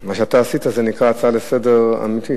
מה שאתה עשית, זה נקרא הצעה לסדר אמיתית.